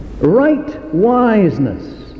right-wiseness